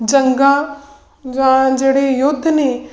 ਜੰਗਾਂ ਜਾਂ ਜਿਹੜੇ ਯੁੱਧ ਨੇ